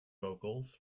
vocals